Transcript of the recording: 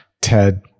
Ted